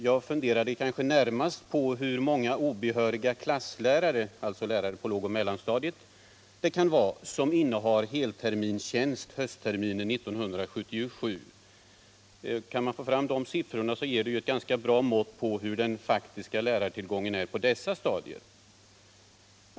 Men min fråga avsåg närmast hur många obehöriga klasslärare — alltså lärare på lågoch mellanstadiet — det kan vara som innehar helterminstjänst höstterminen 1977. Uppgifter härom ger ju ett ganska bra mått på hur den faktiska lärartillgången är på dessa stadier.